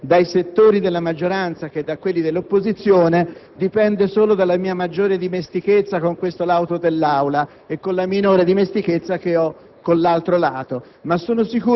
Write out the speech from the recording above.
Se ci sono più firme dai settori della maggioranza che da quelli dell'opposizione dipende solo dalla mia maggiore dimestichezza con questo lato dell'Aula e dalla minore dimestichezza che ho con